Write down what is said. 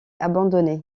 abandonné